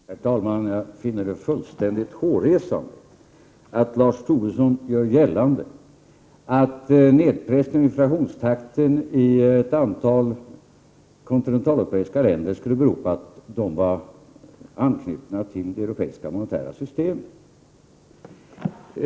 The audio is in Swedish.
Herr talman! Jag finner det fullständigt hårresande att Lars Tobisson gör gällande att nedpressningen av inflationstakten i ett antal kontinentaleuropeiska länder skulle bero på att de var anknutna till det europeiska monetära systemet.